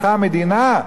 הלכה המדינה"